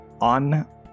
on